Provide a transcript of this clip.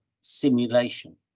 simulation